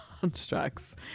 constructs